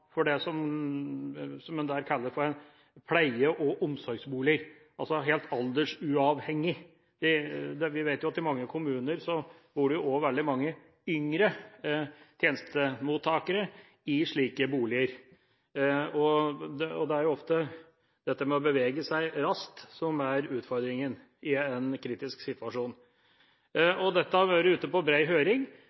for oppgradering av det en der kaller pleie- og omsorgsboliger – det er altså helt aldersuavhengig. Vi vet at i mange kommuner bor det også veldig mange yngre tjenestemottakere i slike boliger. Det er ofte dette med å bevege seg raskt som er utfordringen i en kritisk situasjon. Rapporten har vært ute på bred høring,